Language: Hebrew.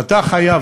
ואתה חייב,